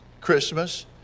Christmas